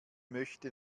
möchte